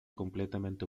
completamente